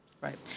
Right